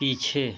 पीछे